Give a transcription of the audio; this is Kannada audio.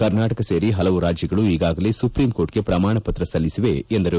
ಕರ್ನಾಟಕ ಸೇರಿ ಪಲವು ರಾಜ್ಯಗಳು ಈಗಾಗಲೇ ಸುಪ್ರಿಂಕೋರ್ಟ್ಗೆ ಪ್ರಮಾಣ ಪತ್ರ ಸಲ್ಲಿಸಿವೆ ಎಂದರು